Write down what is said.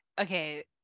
okay